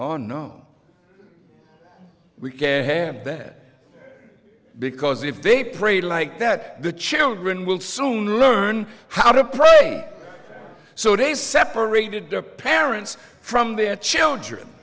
on no we can't hand that because if they prayed like that the children will soon learn how to pray so they separated their parents from their children